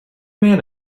man